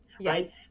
right